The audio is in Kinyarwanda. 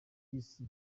isi